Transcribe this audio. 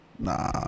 Nah